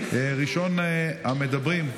ראשון הדוברים,